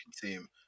team